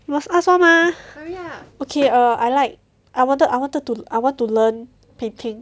must ask one mah okay err I like I wanted I wanted to I want to learn painting